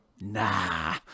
nah